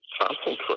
concentrate